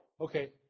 okay